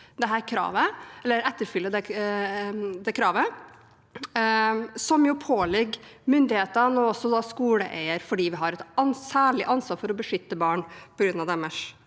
etterleve dette kravet, som jo påligger myndighetene og skoleeier fordi vi har et særlig ansvar for å beskytte barn på grunn av deres